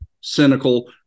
cynical